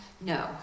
No